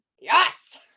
Yes